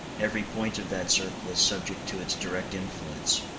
every point of that circle is subject to its direct influence.